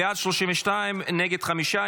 בעד, 32, נגד, חמישה.